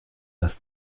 dass